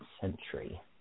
century